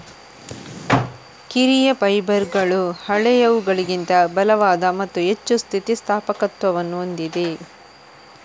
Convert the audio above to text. ಕಿರಿಯ ಫೈಬರ್ಗಳು ಹಳೆಯವುಗಳಿಗಿಂತ ಬಲವಾದ ಮತ್ತು ಹೆಚ್ಚು ಸ್ಥಿತಿ ಸ್ಥಾಪಕತ್ವವನ್ನು ಹೊಂದಿವೆ